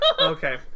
okay